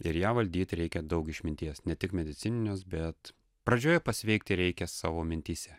ir ją valdyt reikia daug išminties ne tik medicininius bet pradžioje pasveikti reikia savo mintyse